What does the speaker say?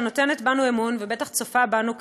שנותנת בנו אמון ובטח צופה בנו כעת,